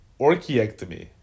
Orchiectomy